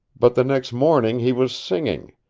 but the next morning he was singing,